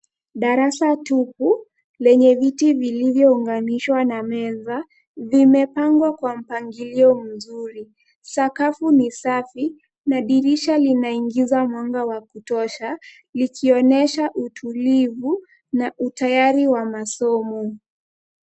Darasa tupu lenye viti vilivyounganishwa na meza vimepangwa kwa mpangilio mzuri sakafu ni safi na dirisha linaingiza mwanga wa kutosha likionyesha utulivu na utayari wa masomo.